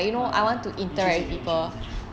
orh ah interested in insurance agent